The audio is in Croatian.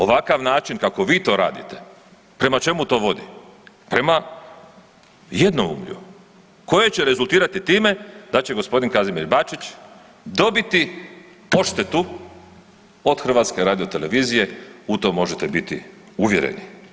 Ovakav način kako vi to radite, prema čemu to vodi, prema jednoumlju koje će rezultirati time da će gospodin Kazimir Bačić dobiti odštetu od HRT-a u to možete biti uvjereni.